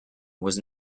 was